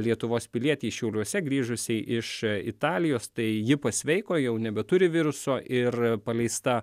lietuvos pilietei šiauliuose grįžusiai iš italijos tai ji pasveiko jau nebeturi viruso ir paleista